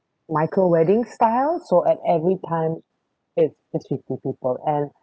micro wedding style so at any time it's it's fifty people and